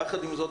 יחד עם זאת,